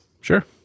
Sure